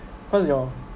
cause you're